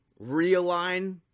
realign